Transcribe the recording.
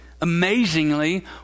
amazingly